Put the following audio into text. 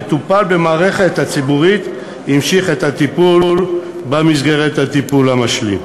מטופל במערכת הציבורית המשיך את הטיפול במסגרת הטיפול המשלים.